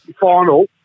final